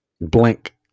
Blink